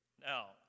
Now